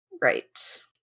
right